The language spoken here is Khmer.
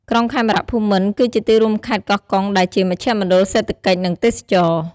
ក្រុងខេមរភូមិន្ទ គឺជាទីរួមខេត្តកោះកុងដែលជាមជ្ឈមណ្ឌលសេដ្ឋកិច្ច និងទេសចរណ៍។